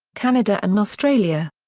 canada and australia.